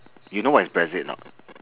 you know what is brexit or not